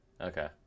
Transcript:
Okay